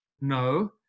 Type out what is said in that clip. No